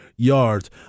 yards